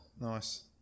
Nice